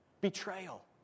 betrayal